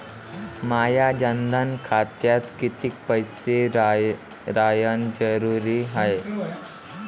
माया जनधन खात्यात कितीक पैसे रायन जरुरी हाय?